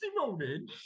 morning